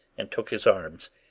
and took his arms.